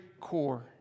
core